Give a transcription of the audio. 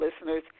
listeners